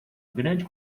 grande